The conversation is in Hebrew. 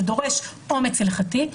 זה דורש אומץ הלכתי,